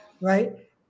Right